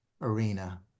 arena